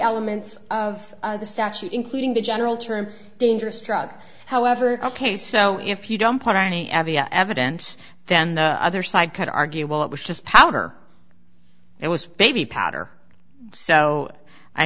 elements of the statute including the general term dangerous drug however ok so if you dump are any evidence then the other side could argue well it was just powder it was baby powder so i